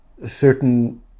certain